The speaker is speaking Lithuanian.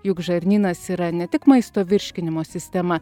juk žarnynas yra ne tik maisto virškinimo sistema